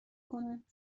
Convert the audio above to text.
کنند